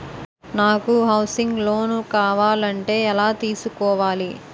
నాకు housing loan కావాలంటే ఎలా తీసుకోవాలి?